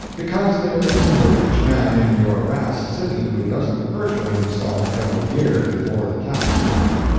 because there isn't a rich man in your vast city who doesn't perjure himself every year before the tax board.